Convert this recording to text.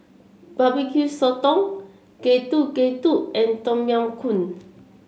Barbecue Sotong Getuk Getuk and Tom Yam Soup